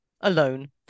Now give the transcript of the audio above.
alone